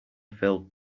filled